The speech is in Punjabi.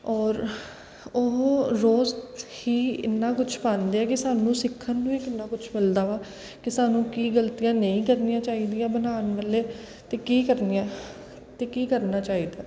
ਔਰ ਉਹ ਰੋਜ਼ ਹੀ ਇੰਨਾ ਕੁਛ ਪਾਉਂਦੇ ਆ ਕਿ ਸਾਨੂੰ ਸਿੱਖਣ ਨੂੰ ਵੀ ਕਿੰਨਾ ਕੁਛ ਮਿਲਦਾ ਵਾ ਕਿ ਸਾਨੂੰ ਕੀ ਗਲਤੀਆਂ ਨਹੀਂ ਕਰਨੀਆਂ ਚਾਹੀਦੀਆਂ ਬਣਾਉਣ ਵੇਲੇ ਅਤੇ ਕੀ ਕਰਨੀਆ ਅਤੇ ਕੀ ਕਰਨਾ ਚਾਹੀਦਾ